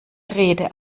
rede